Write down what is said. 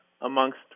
amongst